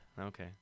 Okay